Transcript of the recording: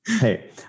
Hey